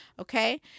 okay